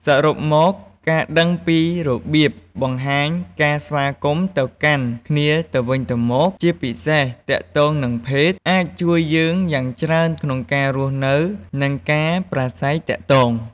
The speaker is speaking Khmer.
សរុបមក ការដឹងពីរបៀបបង្ហាញការស្វាគមន៍ទៅកាន់គ្នាទៅវិញទៅមក ជាពិសេសទាក់ទងនឹងភេទ អាចជួយយើងយ៉ាងច្រើនក្នុងការរស់នៅ និងការប្រាស្រ័យទាក់ទង។